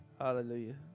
Hallelujah